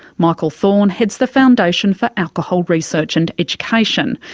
michael thorn heads the foundation for alcohol research and education.